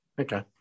Okay